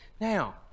Now